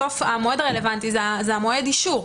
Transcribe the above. בסוף, המועד הרלבנטי זה מועד אישור.